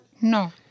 No